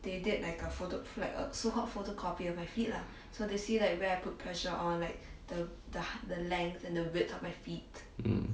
mm